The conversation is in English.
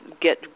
get